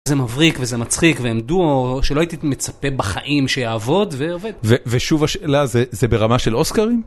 זה מבריק וזה מצחיק והם דואו שלא הייתי מצפה בחיים שיעבוד, ועובד. ושוב השאלה, זה ברמה של אוסקרים?